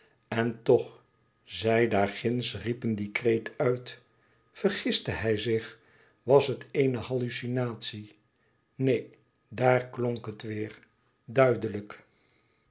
en toch zij daarginds riepen dien kreet uit vergiste hij zich was het eene hallucinatie neen daar klonk het weêr duidelijk